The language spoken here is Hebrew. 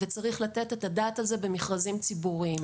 צריך לתת על כך את הדעת במכרזים ציבוריים.